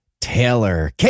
Taylor